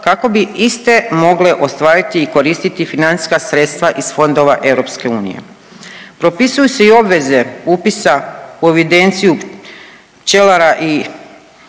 kako bi iste mogle ostvariti i koristiti financijska sredstva iz fondova EU. Propisuju se i obveze upisa u evidenciju pčelara i obveze